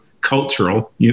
cultural